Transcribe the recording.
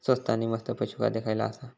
स्वस्त आणि मस्त पशू खाद्य खयला आसा?